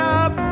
up